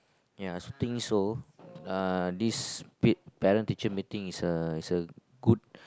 ya think so uh this pit parent teacher meeting is a is a good